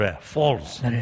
false